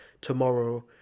tomorrow